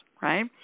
right